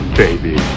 baby